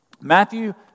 Matthew